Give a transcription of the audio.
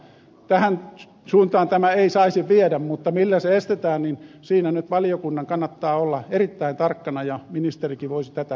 tähän suuntaan tätä ei saisi viedä mutta millä se estetään niin siinä nyt valiokunnan kannattaa olla erittäin tarkkana ja ministerikin voisi tätä vähän kommentoida